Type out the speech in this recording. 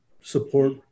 support